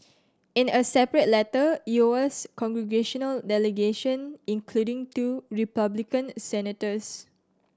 in a separate letter Lowa's congressional delegation including two Republican senators